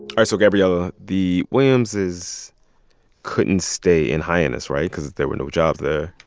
ah so, gabrielle, ah the williamses couldn't stay in hyannis right? because there were no jobs there